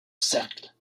cercles